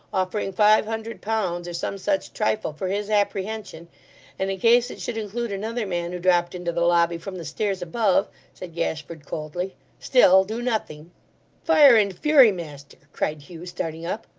offering five hundred pounds, or some such trifle, for his apprehension and in case it should include another man who dropped into the lobby from the stairs above said gashford, coldly still, do nothing fire and fury, master cried hugh, starting up.